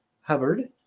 Hubbard